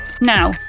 Now